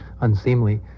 unseemly